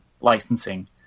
licensing